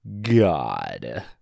God